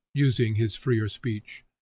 using his freer speech.